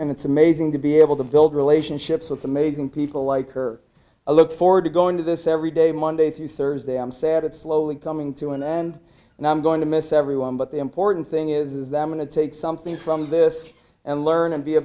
and it's amazing to be able to build relationships with amazing people like her i look forward to going to this every day monday through thursday i'm sad it's slowly coming to an end and i'm going to miss everyone but the important thing is them going to take something from this and learn and be a